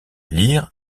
lire